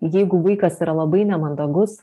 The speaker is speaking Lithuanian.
jeigu vaikas yra labai nemandagus